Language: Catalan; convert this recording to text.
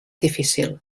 difícil